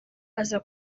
aza